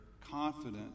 confident